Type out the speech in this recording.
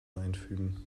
einfügen